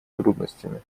трудностями